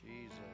jesus